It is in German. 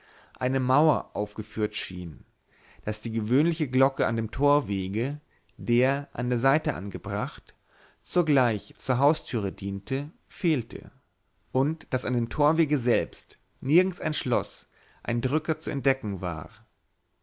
eine mauer aufgeführt schien daß die gewöhnliche glocke an dem torwege der an der seite angebracht zugleich zur haustüre diente fehlte und daß an dem torwege selbst nirgends ein schloß ein drücker zu entdecken war